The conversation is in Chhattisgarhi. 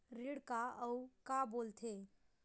ऋण का अउ का बोल थे?